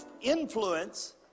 influence